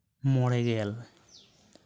ᱢᱚᱬᱮ ᱜᱮᱞ